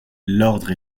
l’ordre